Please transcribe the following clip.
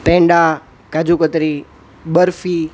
peda kaju katri barfi